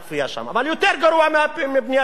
אבל יותר גרוע מבניית הפירמידות,